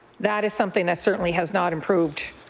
that is something that certainly has not improved,